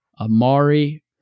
Amari